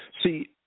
see